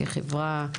כחברה,